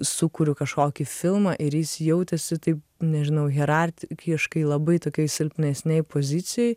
sukuriu kažkokį filmą ir jis jautėsi taip nežinau hiertihiškai labai tokioj silpnesnėj pozicijoj